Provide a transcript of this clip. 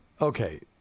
Okay